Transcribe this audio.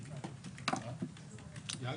ינואר?